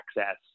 access